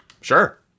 Sure